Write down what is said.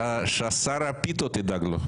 ששר הפיתות ידאג לו.